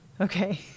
Okay